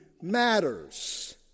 matters